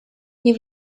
nie